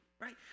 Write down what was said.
right